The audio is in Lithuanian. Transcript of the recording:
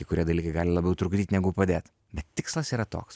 kai kurie dalykai gali labiau trukdyt negu padėt bet tikslas yra toks